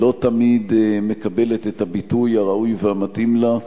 לא תמיד מקבלת את הביטוי הראוי והמתאים לה.